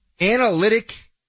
analytic